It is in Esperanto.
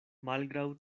malgraŭ